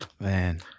Man